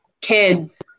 kids